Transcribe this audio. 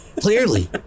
clearly